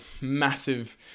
massive